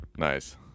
Nice